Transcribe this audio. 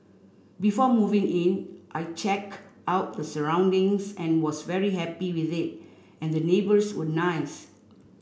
before moving in I check out the surroundings and was very happy with it and the neighbours were nice